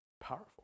Powerful